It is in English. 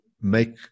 make